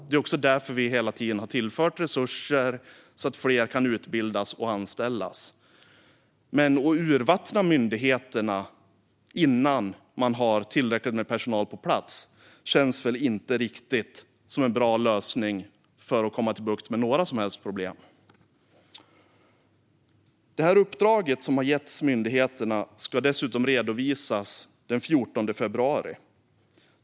Det är därför vi hela tiden har tillfört resurser så att fler kan utbildas och anställas. Men att urvattna myndigheterna innan man har tillräckligt med personal på plats känns väl inte riktigt som en bra lösning för att få bukt med några som helst problem. Det uppdrag som har getts myndigheterna ska dessutom redovisas den 14 februari.